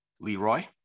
leroy